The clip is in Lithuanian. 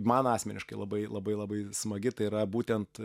man asmeniškai labai labai labai smagi tai yra būtent